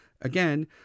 again